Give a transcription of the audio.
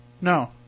No